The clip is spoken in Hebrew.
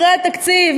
אחרי התקציב,